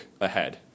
ahead